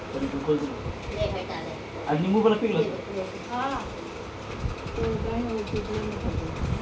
एकर मतबल कम से कम समय जोखिम उठाए वाला ब्याज जोड़े के होकेला